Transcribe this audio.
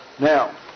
Now